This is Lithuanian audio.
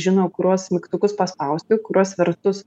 žino kuriuos mygtukus paspausti kuriuos vertus